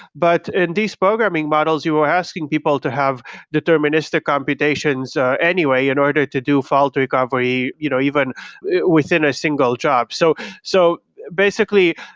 but in these programming models you were asking people to have deterministic computations anyway in order to do fault recovery you know even within a single job so so basically,